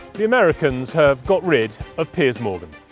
the americans have got rid of piers morgan.